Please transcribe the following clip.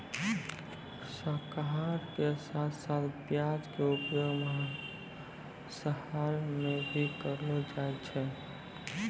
शाकाहार के साथं साथं प्याज के उपयोग मांसाहार मॅ भी करलो जाय छै